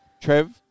Trev